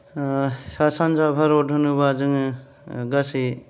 ओ सा सानजा भारत होनोबा जोङो गासै